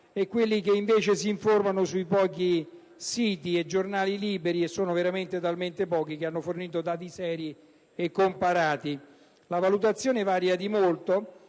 e quelli che invece si informano sui pochi siti e giornali liberi - veramente pochi - che hanno fornito dati seri e comparati. La valutazione varia di molto